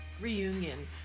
reunion